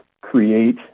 create